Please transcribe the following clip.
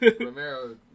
Romero